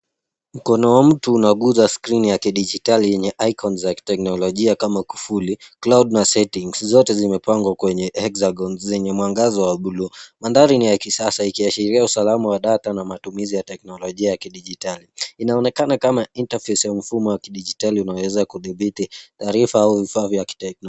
Mkono wa mtu unaguza skrini ya kidijitali yenye icons za kiteknolojia kama kufuli, cloud na setting . Zote zimepangwa kwenye hexagons zenye mwangaza wa dhulu. Mandhari ni ya kisasa ikiashiria usalama wa data na matumizi ya kiteknolojia ya kidijitali. Inaonekana kama interphase ya mfumo wa kidijitali unaweza kuthibiti taarifa au vifaa vya kiteknolojia.